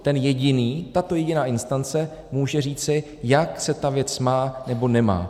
Ten jediný, tato jediná instance, může říci, jak se ta věc má nebo nemá.